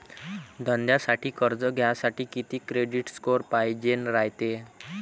धंद्यासाठी कर्ज घ्यासाठी कितीक क्रेडिट स्कोर पायजेन रायते?